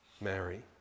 Mary